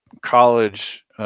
college